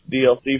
DLC